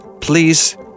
Please